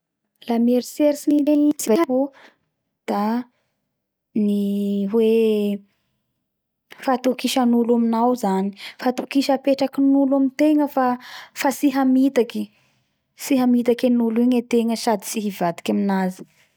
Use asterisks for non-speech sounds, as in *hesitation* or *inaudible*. Gnatsaiko ao voalohany lafa *hesitation* uhm maheno hoe tsy fivadiha da *unintelligible* tsy fitsipaha amy teny natao i io